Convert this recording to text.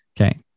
Okay